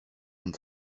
and